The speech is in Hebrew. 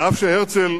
ואף שהרצל